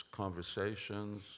conversations